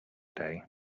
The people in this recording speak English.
day